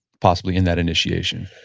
possibly, in that initiation?